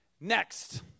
Next